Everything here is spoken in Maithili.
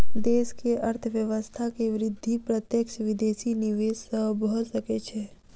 देश के अर्थव्यवस्था के वृद्धि प्रत्यक्ष विदेशी निवेश सॅ भ सकै छै